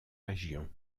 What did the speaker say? région